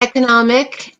economic